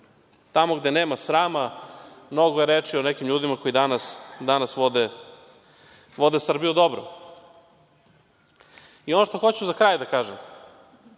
tamo gde nema srama, mnogo je reči o nekim ljudima koji danas vode Srbiju dobro. I, ono što hoću za kraj da kažem,